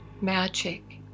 magic